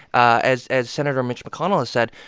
as as senator mitch mcconnell has said,